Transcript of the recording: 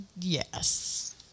Yes